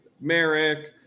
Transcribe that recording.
Merrick